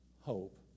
hope